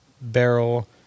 barrel